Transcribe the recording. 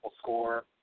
score